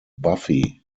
buffy